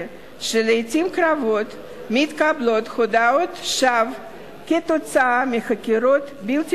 שלעתים קרובות מתקבלות הודאות שווא כתוצאה מחקירות בלתי